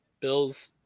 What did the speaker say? Bills